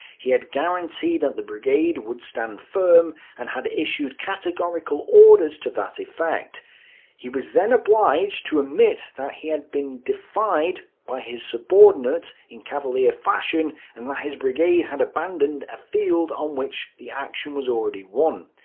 he had guaranteed that the brigade would stand firm and had issued categorical orders to that effect. he was then obliged to admit that he had been defied by his subordinate in cavalier fashion, and that his brigade had abandoned a field on which the action was already won.